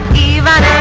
event